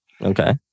Okay